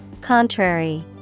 Contrary